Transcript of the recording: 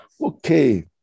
Okay